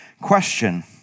Question